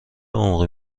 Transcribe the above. عمقی